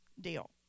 deal